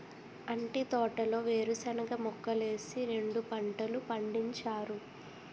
అంటి తోటలో వేరుశనగ మొక్కలేసి రెండు పంటలు పండించారు